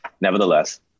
nevertheless